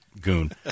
goon